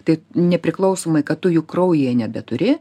tai nepriklausomai kad tu jų kraujyje nebeturi